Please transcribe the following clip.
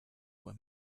were